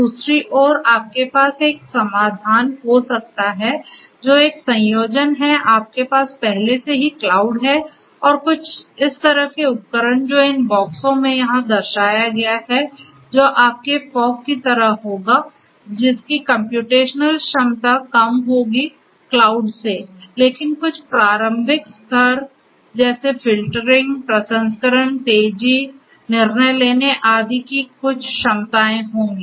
दूसरी ओर आपके पास एक समाधान हो सकता है जो एक संयोजन है आपके पास पहले से ही क्लाउड है और कुछ इस तरह के उपकरण जो इन बक्सों में यहां दर्शाया गया है जो आपके फॉग की तरह होगा जिसकी कम्प्यूटेशनल क्षमता कम होगी क्लाउड से लेकिन कुछ प्रारंभिक स्तर जैसे फिल्टरिंग प्रसंस्करण तेजी निर्णय लेने आदि की कुछ क्षमताएं होंगी